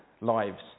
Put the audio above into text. lives